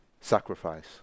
sacrifice